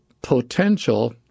potential